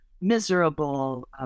miserable